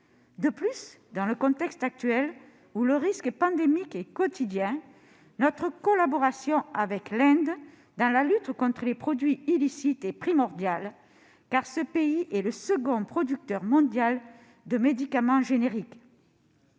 De plus, dans le contexte actuel où le risque pandémique est quotidien, notre collaboration avec l'Inde dans la lutte contre les produits illicites est primordiale, car ce pays est le second producteur mondial de médicaments génériques.